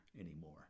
anymore